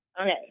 Okay